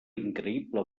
increïble